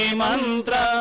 mantra